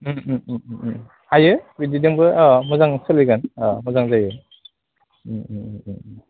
हायो बिदिजोंबो अ मोजां सोलिगोन औ मोजां जायो